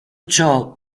ciò